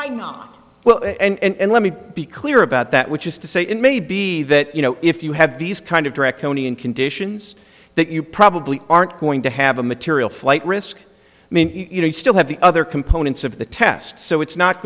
well and let me be clear about that which is to say it may be that you know if you have these kind of direct kone and conditions that you probably aren't going to have a material flight risk i mean you know you still have the other components of the test so it's not